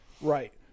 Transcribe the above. Right